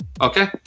Okay